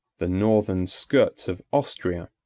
the northern skirts of austria,